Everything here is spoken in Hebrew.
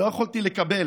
לא יכולתי לקבל